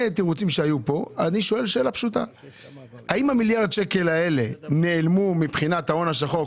האם המיליארד שקל האלה נעלמו מבחינת ההון השחור,